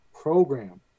program